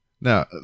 Now